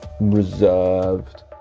reserved